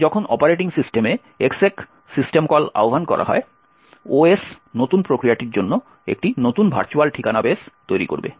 তাই যখন অপারেটিং সিস্টেমে exec সিস্টেম কল আহ্বান করা হয় OS নতুন প্রক্রিয়াটির জন্য একটি নতুন ভার্চুয়াল ঠিকানা বেস তৈরি করবে